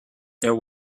there